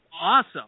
awesome